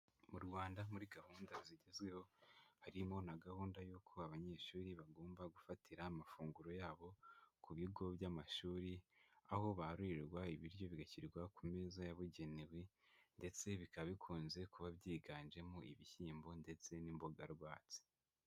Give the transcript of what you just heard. Mu Rwanda muri gahunda zigezweho harimo na gahunda yuko abanyeshuri bagomba gufatira amafunguro yabo ku bigo by'amashuri, aho barurirwa ibiryo bigashyirwa ku meza yabugenewe ndetse bikaba bikunze kuba byiganjemo ibishyimbo ndetse n'imboga rwatsi.